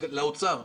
לאוצר,